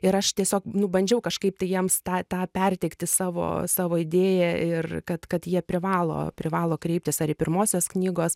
ir aš tiesiog nu bandžiau kažkaip tai jiems tą tą perteikti savo savo idėją ir kad jie privalo privalo kreiptis ar į pirmosios knygos